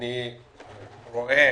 אני רואה